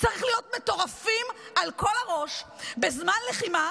צריך להיות מטורפים על כל הראש בזמן לחימה